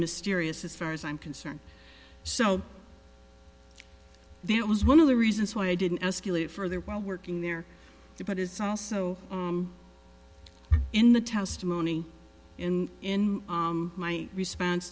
mysterious as far as i'm concerned so that was one of the reasons why i didn't escalate further while working there but it's also in the testimony in my response